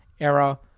era